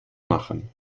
machen